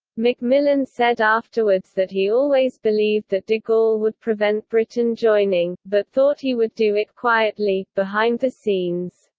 macmillan said afterwards that he always believed that de gaulle would prevent britain joining, but thought he would do it quietly, behind the scenes.